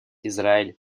израиль